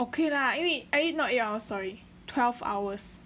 okay lah 因为 I mean not eight hours sorry twelve hours